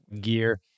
gear